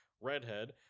redhead